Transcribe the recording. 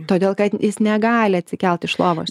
todėl kad jis negali atsikelt iš lovos